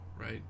right